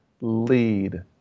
lead